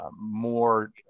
more